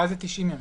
ואז זה 90 ימים.